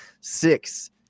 six